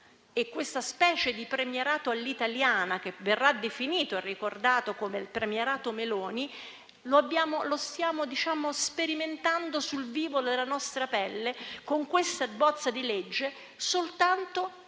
(e questa specie di premierato all'italiana che verrà definito come il premierato Meloni) la stiamo sperimentando sul vivo della nostra pelle, con questo disegno di legge, soltanto